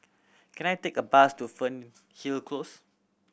can I take a bus to Fernhill Close